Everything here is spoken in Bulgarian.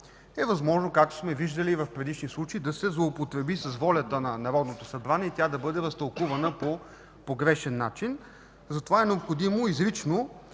е възможно, както сме виждали при предишни случаи, да се злоупотреби с волята на Народното събрание и тя да бъде разтълкувана по погрешен начин. Затова е необходимо изрично